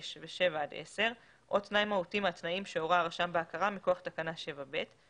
5 ו-7 עד 10 או תנאי מהותי מהתנאים שהורה הרשם בהכרה מכוח תקנה 7(ב),